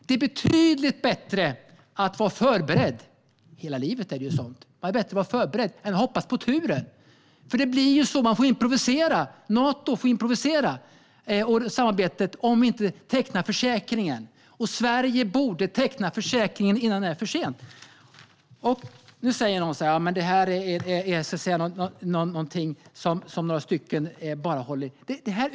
Det är betydligt bättre att vara förberedd. Hela livet är sådant. Det är bättre att vara förberedd än att hoppas på turen. Det blir ju så att man får improvisera. Nato får improvisera samarbetet om vi inte tecknar försäkringen. Sverige borde teckna försäkringen innan det är för sent. Nu säger någon: Ja, men det här är någonting som bara några stycken håller med om.